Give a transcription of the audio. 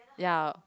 ya